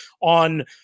on